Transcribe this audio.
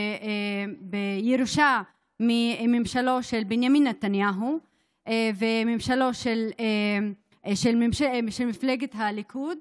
בירושה מממשלו של בנימין נתניהו ומממשלות של מפלגת הליכוד.